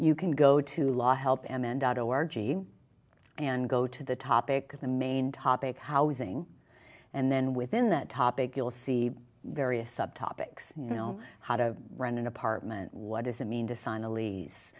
you can go to law help m n dot org and go to the topic of the main topic housing and then within that topic you'll see various subtopics you know how to rent an apartment what does it mean to sign a lease